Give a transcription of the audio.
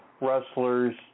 wrestlers